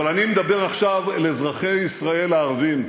אבל אני מדבר עכשיו אל אזרחי ישראל הערבים: